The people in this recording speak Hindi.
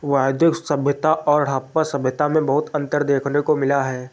वैदिक सभ्यता और हड़प्पा सभ्यता में बहुत अन्तर देखने को मिला है